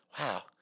Wow